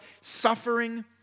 suffering